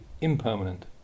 impermanent